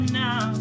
now